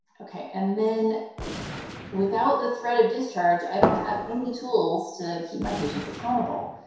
okay, and then without the thread of discharge, i don't have any tools to keep my patients accountable.